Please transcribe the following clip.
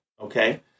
Okay